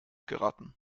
geraten